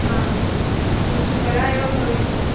हा त्व त्वरा एव भवेत् तत्